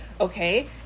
okay